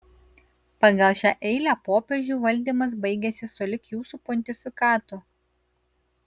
pagal šią eilę popiežių valdymas baigiasi sulig jūsų pontifikatu